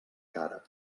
cara